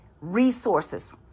resources